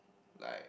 like